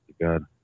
god